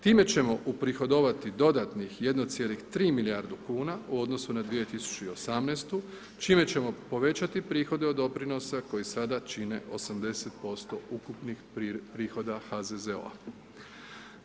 Time ćemo uprihodovati dodatnih 1,3 milijardu kuna u odnosu na 2018., čime ćemo povećati prihode od doprinosa koji sada čine 80% ukupnih prihoda HZZO-a.